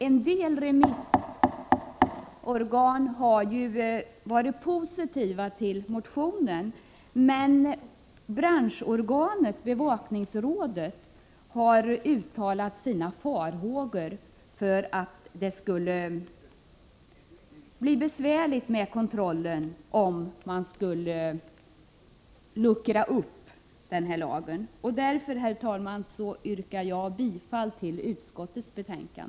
En del remissorgan har varit positiva till motionen, men branchorganet — Bevakningsrådet — har uttalat farhågor Prot. 1985/86:100 för att det skulle bli besvärligt med kontrollen, om man skulle luckra upp lagen. Därför, herr talman, yrkar jag bifall till utskottets hemställan.